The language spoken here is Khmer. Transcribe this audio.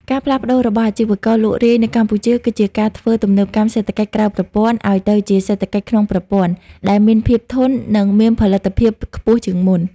ការផ្លាស់ប្តូររបស់អាជីវករលក់រាយនៅកម្ពុជា គឺជាការធ្វើ ទំនើបកម្មសេដ្ឋកិច្ចក្រៅប្រព័ន្ធ ឱ្យទៅជាសេដ្ឋកិច្ចក្នុងប្រព័ន្ធ ដែលមានភាពធន់ និងមានផលិតភាពខ្ពស់ជាងមុន។